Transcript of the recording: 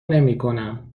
نمیکنم